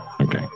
okay